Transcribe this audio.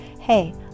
Hey